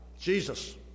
Jesus